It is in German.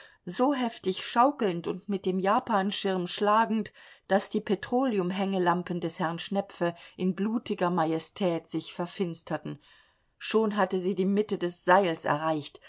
so heftig schaukelnd und mit dem japanschirm schlagend daß die petroleumhängelampen des herrn schnepfe in blutiger majestät sich verfinsterten schon hatte sie die mitte des seils erreicht